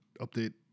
update